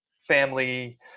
family